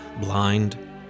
blind